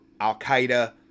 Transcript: Al-Qaeda